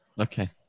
Okay